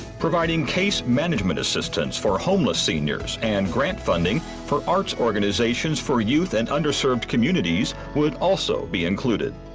providing case management assistance for homeless seniors, and grant funding for arts organizations for youth and underserved communities would also be included.